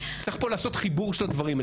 צריך לעשות חיבור של הדברים.